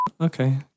Okay